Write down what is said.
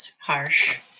harsh